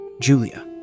Julia